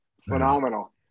phenomenal